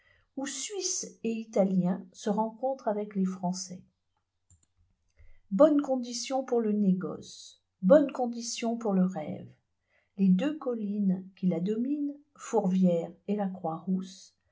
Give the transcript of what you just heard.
où suisses et italiens se rencontrent avec les français bonnes conditions pour le négoce bonnes conditions pour le rêve les deux collines qui la dominent fourvières et la